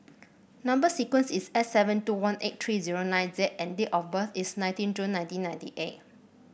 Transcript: number sequence is S seven two one eight three zero nine Z and date of birth is nineteen June nineteen ninety eight